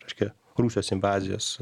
kažkiek rusijos invazijos